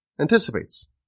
anticipates